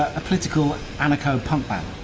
a political anarcho punk band,